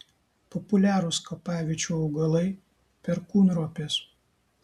populiarūs kapaviečių augalai perkūnropės